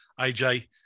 aj